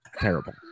Terrible